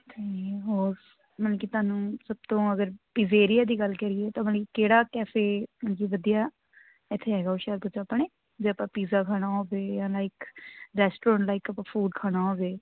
ਅਤੇ ਹੋਰ ਮਤਲਬ ਕਿ ਤੁਹਾਨੂੰ ਸਭ ਤੋਂ ਅਗਰ ਪਿਜੇਰੀਆ ਦੀ ਗੱਲ ਕਰੀਏ ਤਾਂ ਮਤਲਬ ਕਿਹੜਾ ਕੈਫੇ ਮਤਲਬ ਕਿ ਵਧੀਆ ਇੱਥੇ ਹੈਗਾ ਹੁਸ਼ਿਆਰਪੁਰ 'ਚ ਆਪਣੇ ਜੇ ਆਪਾਂ ਪੀਜ਼ਾ ਖਾਣਾ ਹੋਵੇ ਜਾਂ ਲਾਈਕ ਰੈਸਟੋਰੈਂਟ ਲਾਈਕ ਆਪਾਂ ਫੂਡ ਖਾਣਾ ਹੋਵੇ